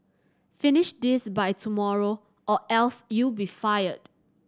finish this by tomorrow or else you'll be fired